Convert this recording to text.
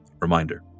reminder